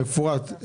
מפורט,